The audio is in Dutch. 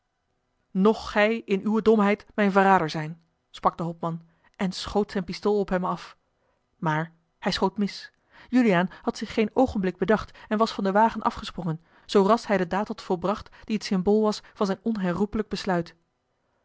noch gij in uwe domheid mijn verrader zijn sprak de hopman en schoot zijn pistool op hem af maar hij schoot mis juliaan had zich geen oogenblik bedacht en was van den wagen afgesprongen zoo ras hij de daad had volbracht die t symbool was van zijn onherroepelijk besluit